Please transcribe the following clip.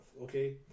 okay